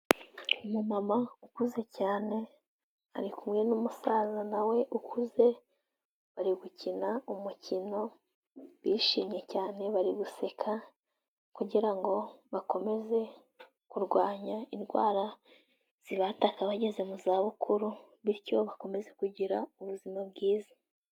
Umumama ukuze cyane ari kumwe n'umusaza nawe ukuze bari gukina umukino, bishimye cyane bari guseka kugirango bakomeze kurwanya indwara zibataka bageze mu za bukuru bityo bakomeze kugira ubuzima bwiza.